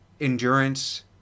endurance